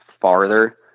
farther